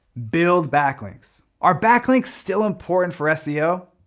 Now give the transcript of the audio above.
build backlinks. are backlinks still important for seo?